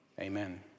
amen